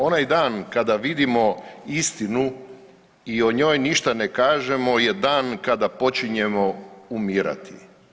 Onaj dan kada vidimo istinu i o njoj ništa ne kažemo je dan kada počinjemo umirati.